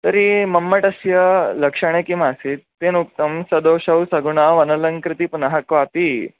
तर्हि मम्मटस्य लक्षणे किमासीत् तेन उक्तं सदोशौ सगुणावनलङ्कृति पुनः क्वापि